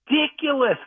Ridiculous